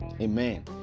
amen